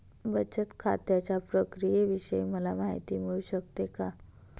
बचत खात्याच्या प्रक्रियेविषयी मला माहिती मिळू शकते का?